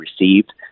received